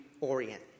Orient